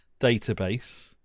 database